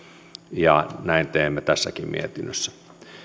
näin teemme tässäkin mietinnössä